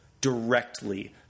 directly